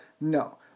no